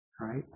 Right